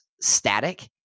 static